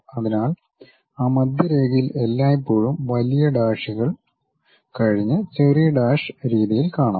അതിനാൽ ആ മധ്യരേഖയിൽ എല്ലായ്പ്പോഴും വലിയ ഡാഷുകൾ കഴിഞ്ഞ് ചെറിയ ഡാഷ് രീതിയിൽ കാണാം